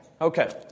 Okay